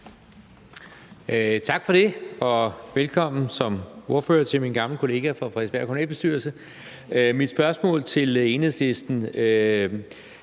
Tak for det, og velkommen som ordfører til min gamle kollega fra kommunalbestyrelsen på Frederiksberg. Mit spørgsmål til Enhedslisten